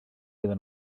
iddyn